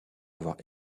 avoir